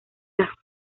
las